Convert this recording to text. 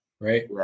Right